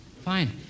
Fine